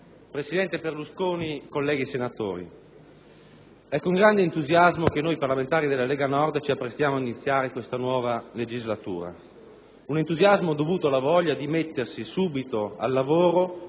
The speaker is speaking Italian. presidente Berlusconi, colleghi senatori, è con grande entusiasmo che noi parlamentari della Lega Nord ci apprestiamo ad iniziare questa nuova legislatura, un entusiasmo dovuto alla voglia di mettersi subito al lavoro per realizzare